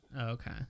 okay